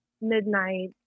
midnight